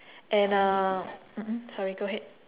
and uh mmhmm sorry go ahead